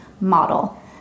model